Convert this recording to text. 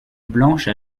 blanche